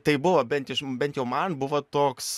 tai buvo bent iš bent jau man buvo toks